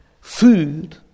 food